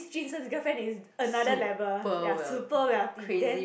jun sheng's girlfriend is another level ya super wealthy then